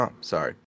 sorry